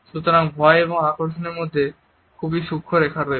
সুতরাং ভয় ও আকর্ষণের মধ্যে একটি খুব সূক্ষ্ম রেখা রয়েছে